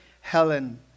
Helen